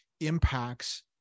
impacts